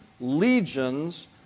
legions